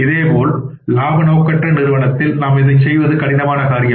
இதேபோல் இலாப நோக்கற்ற நிறுவனத்தில் நாம் இதை செய்வது கடினமான காரியம்